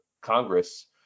Congress